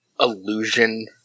illusion